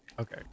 Okay